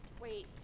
Wait